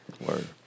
Word